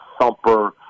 thumper